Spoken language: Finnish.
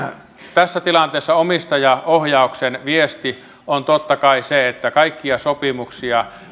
tässä tilanteessa omistajaohjauksen viesti on totta kai se että kaikkia sopimuksia